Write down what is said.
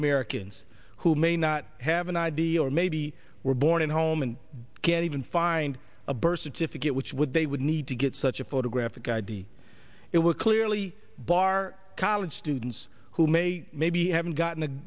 americans who may not have an id or maybe were born in home and can't even find a birth certificate which would they would need to get such a photographic i d it would clearly bar college students who may maybe haven't gotten